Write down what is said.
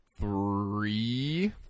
three